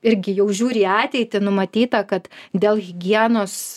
irgi jau žiūri į ateitį numatyta kad dėl higienos